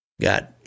Got